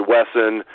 Wesson